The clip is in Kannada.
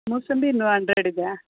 ಮೂಸಂಬಿಯೂ ಅಂಡ್ರೆಡ್ ಇದೆ